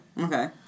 okay